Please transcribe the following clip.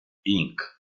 inc